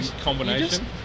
combination